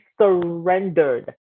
surrendered